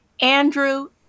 Andrew